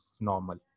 normal